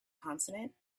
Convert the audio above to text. consonant